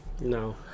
No